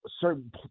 certain